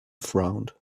frowned